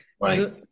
Right